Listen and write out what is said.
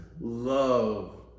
love